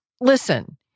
Listen